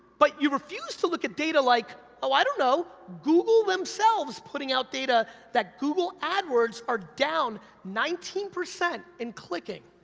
but you refuse to look at data like, oh, i don't know, google themselves putting out data that google adwords are down nineteen percent in clicking,